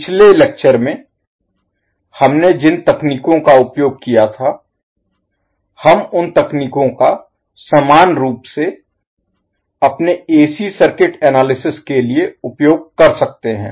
पिछले लेक्चर में हमने जिन तकनीकों का उपयोग किया था हम उन तकनीकों का समान रूप से अपने एसी सर्किट एनालिसिस विश्लेषण Analysis के लिए उपयोग कर सकते हैं